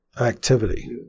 activity